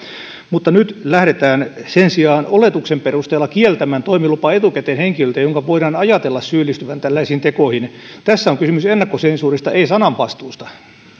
mutta nyt lähdetään sen sijaan oletuksen perusteella kieltämään toimilupa etukäteen henkilöltä jonka voidaan ajatella syyllistyvän tällaisiin tekoihin tässä on kysymys ennakkosensuurista ei sananvastuusta